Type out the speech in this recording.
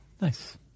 nice